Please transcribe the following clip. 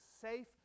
safe